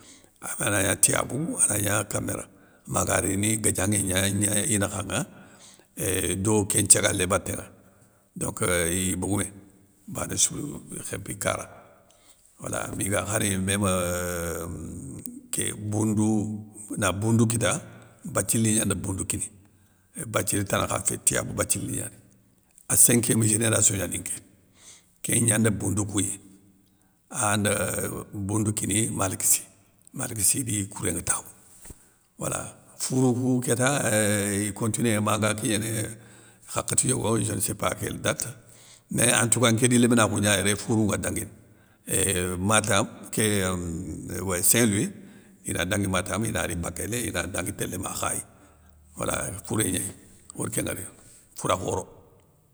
Agana gna tiyabou ana gna kaméra, maga rini gadianŋé gna gni inakha ŋa do kén nthiagalé baténŋa donc i bogoumé, banéssou khémpi ikara, wala miga khar mémeuuh, boundou na boundou kita, bathily ni gnande boundou kiniye, bathily tane kha fé tiyabou bathily ni gnani, a cinquiéme génération gnani nké, kén gnanda boundou kouyi, ayanda, boundou kini malik sy, malik sy di kouré nga takhou, wala. Fourou kou kéta eeuhh i continué maga kignéné hakhati yogo je ne sais pas kél date, mé nké di léminakhou gna yéré fourou nga danguini, éuuh matam kéinm wéy saint louis, ina dangui matam ina ri bakéli ina dangui télé ma khayi, wala fouré gnéy, ore kén ŋwori yo foura khoro.